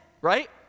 right